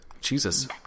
Jesus